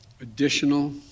additional